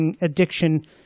addiction